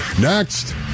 Next